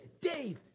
Dave